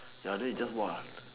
ya then it just !whoa!